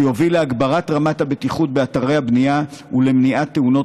שיוביל להגברת רמת הבטיחות באתרי הבנייה ולמניעת תאונות